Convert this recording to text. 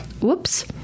whoops